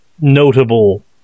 notable